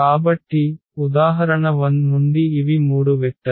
కాబట్టి ఉదాహరణ 1 నుండి ఇవి మూడు వెక్టర్స్